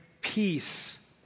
peace